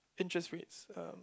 interest rates um